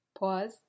Pause